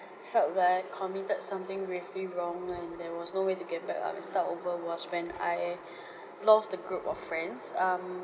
felt that I committed something gravely wrong and there was no way to get back and start over was when I lost a group of friends um